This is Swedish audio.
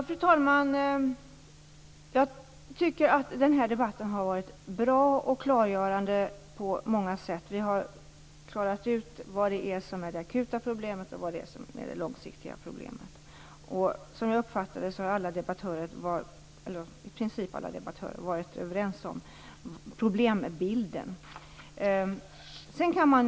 Fru talman! Jag tycker att debatten har varit bra och klargörande på många sätt. Vi har klarat ut vad som är det akuta problemet och vad som är det långsiktiga problemet. Som jag uppfattat debatten är i princip alla debattörer överens om problembilden.